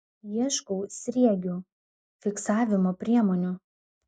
ieškau sriegių fiksavimo priemonių